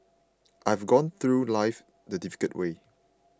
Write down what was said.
I have gone through life the difficult way